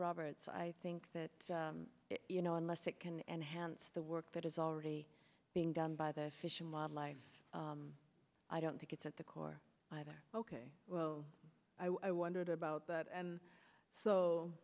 roberts i think that you know unless it can enhance the work that is already being done by the fish and wildlife i don't think it's at the core either ok well i wondered about that and so